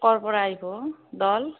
ক'ৰ পৰা আহিব দল